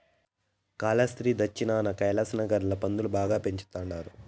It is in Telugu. కాలాస్త్రి దచ్చినాన కైలాసనగర్ ల పందులు బాగా పెంచతండారు